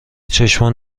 چشمان